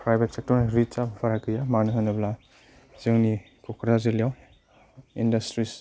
private सेक्ट'रनि रिचआ गैया मानो होनोब्ला जोंनि क'क्राझार जिल्लायाव इन्डास्ट्रिस